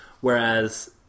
Whereas